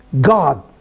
God